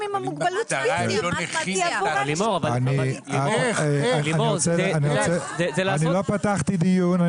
עם המוגבלות הפיזית היא עבור אנשים עם --- אני לא פתחתי דיון,